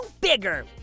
bigger